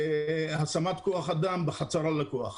השמת כוח אדם בחצר הלקוח.